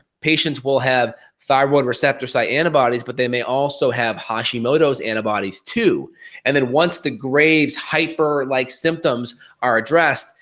patients will have thyroid receptor sites antibodies but they may also have hashimoto's antibodies too and then once the graves' hyper like symptoms are addressed,